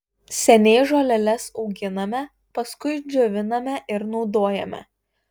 seniai žoleles auginame paskui džioviname ir naudojame